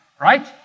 right